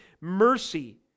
mercy